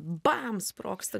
bam sprogsta